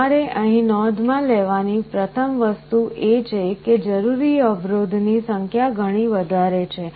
તમારે અહીં નોંધ માં લેવાની પ્રથમ વસ્તુ એ છે કે જરૂરી અવરોધ ની સંખ્યા ઘણી વધારે છે